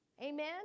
Amen